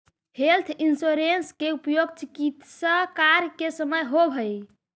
health insurance के उपयोग चिकित्स कार्य के समय होवऽ हई